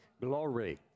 glory